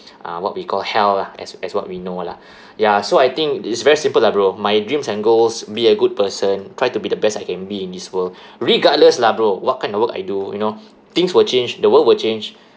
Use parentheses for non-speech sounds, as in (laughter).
uh what we call hell lah as as what we know lah (breath) ya so I think it's very simple lah bro my dreams and goals be a good person try to be the best I can be in this world regardless lah bro what kind of work I do you know things will change the world will change